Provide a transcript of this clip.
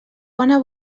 bona